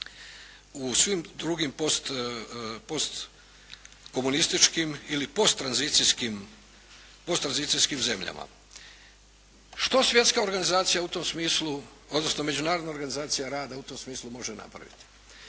u svim drugim postkomunističkim ili posttranzicijskim zemljama. Što svjetska organizacija u tom smislu, odnosno Međunarodna organizacija rada u tom smislu može napraviti?